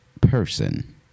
person